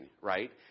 Right